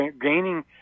gaining